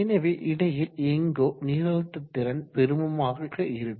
எனவே இடையில் எங்கோ நீரழுத்த திறன் பெருமமாக இருக்கும்